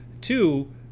Two